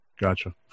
Gotcha